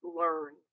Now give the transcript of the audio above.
learn